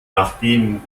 nachdem